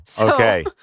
okay